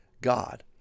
God